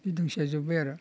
बे दोंसेया जोबबाय आरो